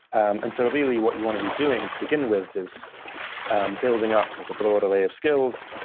and so really, what you want to be doing to begin with is and building up like a broad array of skills,